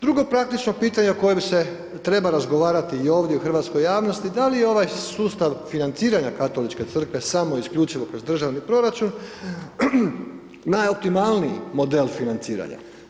Drugo praktično pitanje o kojem se treba razgovarati i ovdje u hrvatskoj javnosti, da li je ovaj sustav financiranja Katoličke crkve, samo isključivo kroz državni proračun, najoptimalniji model financiranja?